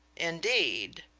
indeed?